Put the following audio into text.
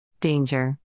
Danger